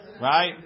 Right